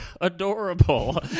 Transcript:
adorable